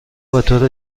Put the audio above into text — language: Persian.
بطور